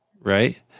right